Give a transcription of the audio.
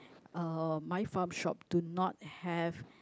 uh my farm shop do not have